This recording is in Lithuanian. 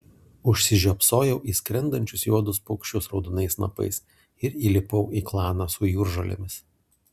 užsižiopsojau į skrendančius juodus paukščius raudonais snapais ir įlipau į klaną su jūržolėmis